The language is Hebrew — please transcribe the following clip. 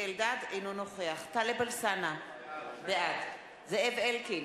אינו נוכח טלב אלסאנע, בעד זאב אלקין,